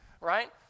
right